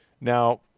Now